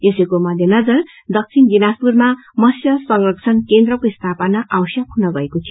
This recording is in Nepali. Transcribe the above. यसैको मध्यनजर दक्षिण दिनाजपुरमा मत्स्य संरक्षण केन्द्रको स्थापना आवश्यक हुन गएको थियो